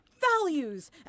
values